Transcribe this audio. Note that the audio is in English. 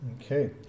Okay